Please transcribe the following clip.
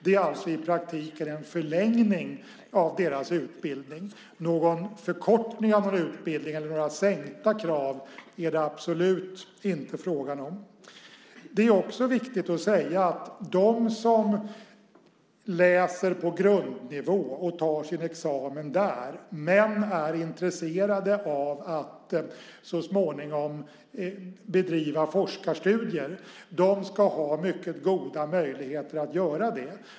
Det är i praktiken en förlängning av deras utbildning. Någon förkortning av en utbildning eller sänkta krav är det absolut inte fråga om. Det är också viktigt att säga att de som läser och tar examen på grundnivå, men är intresserade av att så småningom bedriva forskarstudier, ska ha mycket goda möjligheter att göra det.